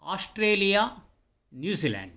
Australia New Zealand